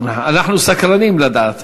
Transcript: אנחנו סקרנים לדעת.